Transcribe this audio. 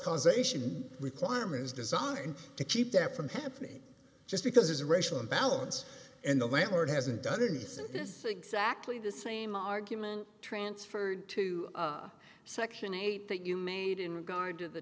causation requirement is designed to keep that from happening just because there's a racial imbalance and the landlord hasn't done it isn't this exactly the same argument transferred to section eight that you made in regard to the